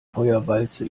feuerwalze